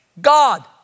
God